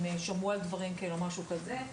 אם שמעו על דברים כאלה או משהו כזה,